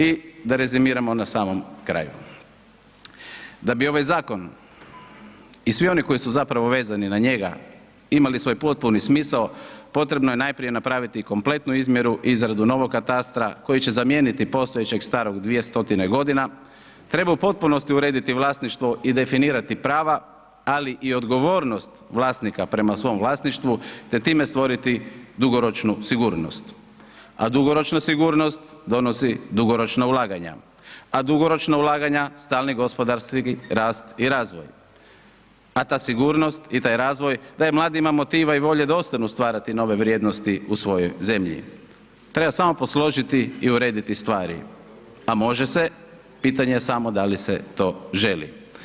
I da rezimiramo na samom kraju, da bi ovaj zakon i svi oni koji su zapravo vezani na njega, imali svoj potpuni smisao potrebno je najprije napraviti kompletnu izmjeru i izradu novog katastra koji će zamijeniti postojećeg starog 200.g., treba u potpunosti urediti vlasništvo i definirati prava, ali i odgovornost vlasnika prema svom vlasništvu, te time stvoriti dugoročnu sigurnost, a dugoročnu sigurnost donosi dugoročna ulaganja, a dugoročna ulaganja stalni gospodarski rast i razvoj, a ta sigurnost i taj razvoj daje mladima motiva i volje da ostanu stvarati nove vrijednosti u svojoj zemlji, treba samo posložiti i urediti stvari, a može se, pitanje je samo da li se to želi.